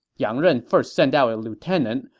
yang ren first sent out a lieutenant,